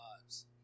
lives